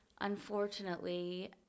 Unfortunately